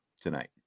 tonight